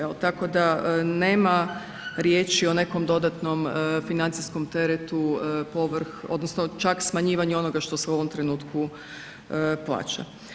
Evo tako da nema riječi o nekom dodatnom financijskom teretu povrh odnosno čak smanjivanje onoga što se u ovom trenutku plaća.